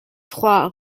trois